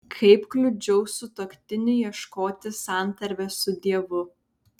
kaip kliudžiau sutuoktiniui ieškoti santarvės su dievu